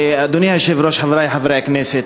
אדוני היושב-ראש, חברי חברי הכנסת,